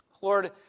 Lord